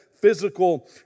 physical